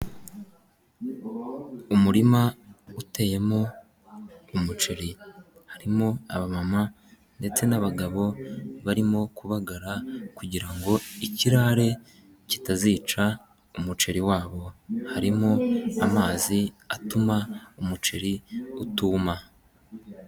Umurima uteyemo umuceri, harimo aba mama ndetse n'abagabo, barimo kubagara, kugira ngo ikirare kitazica umuceri wabo, harimo amazi atuma umuceri utuma.